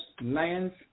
Lions